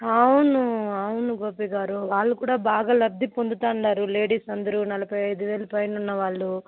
అవును అవును గోపిగారు వాళ్ళు కూడా బాగా లబ్ది పొందుతూ ఉన్నారు లేడీస్ అందరూ నలభై ఐదు ఏళ్ళు పైన ఉన్న వాళ్ళు